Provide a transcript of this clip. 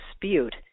dispute